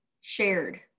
shared